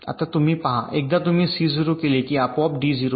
एकदा तुम्ही C 0 केले की आपोआप D 0 होईल